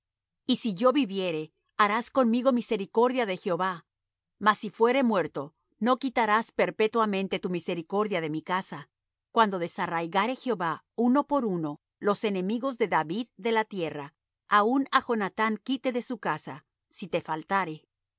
y si yo viviere harás conmigo misericordia de jehová mas si fuere muerto no quitarás perpetuamente tu misericordia de mi casa cuando desarraigare jehová uno por uno los enemigos de david de la tierra aun á jonathán quite de su casa si te faltare así